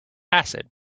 acid